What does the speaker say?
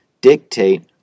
dictate